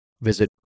visit